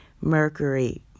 Mercury